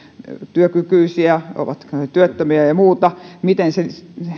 työkykyisiä ovatko he työttömiä ja muuta miten se